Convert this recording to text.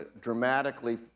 dramatically